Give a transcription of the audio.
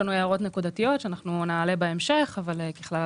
יש לנו הערות נקודתיות שנעלה בהמשך אבל ככלל,